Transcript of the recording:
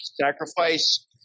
sacrifice